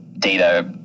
data